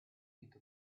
into